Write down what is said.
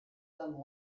them